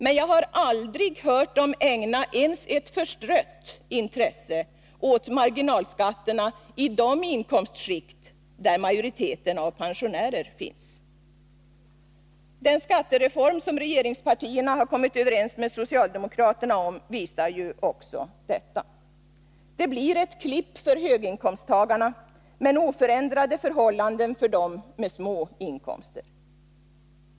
Men jag har aldrig hört dem ägna ens ett förstrött intresse åt marginalskatterna i de inkomstskikt där majoriteten av pensionärer finns. Den skattereform som regeringspartierna har kommit överens med socialdemokraterna om visar ju också detta. Den blir ett klipp för höginkomsttagarna men innebär oförändrade förhållanden för dem som har små inkomster.